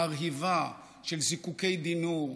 מרהיבה, של זיקוקי די-נור,